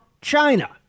China